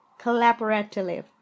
Collaboratively